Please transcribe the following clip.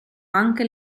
anche